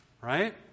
right